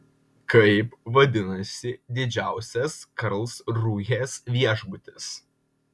kaip vadinasi didžiausias karlsrūhės viešbutis